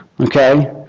Okay